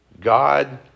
God